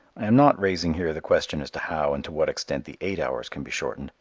i am not raising here the question as to how and to what extent the eight hours can be shortened,